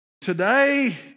Today